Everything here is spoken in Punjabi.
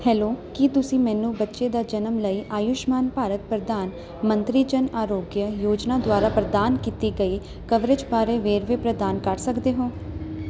ਹੈਲੋ ਕੀ ਤੁਸੀਂ ਮੈਨੂੰ ਬੱਚੇ ਦਾ ਜਨਮ ਲਈ ਆਯੁਸ਼ਮਾਨ ਭਾਰਤ ਪ੍ਰਧਾਨ ਮੰਤਰੀ ਜਨ ਆਰੋਗਯਾ ਯੋਜਨਾ ਦੁਆਰਾ ਪ੍ਰਦਾਨ ਕੀਤੀ ਗਈ ਕਵਰੇਜ ਬਾਰੇ ਵੇਰਵੇ ਪ੍ਰਦਾਨ ਕਰ ਸਕਦੇ ਹੋ